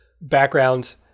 background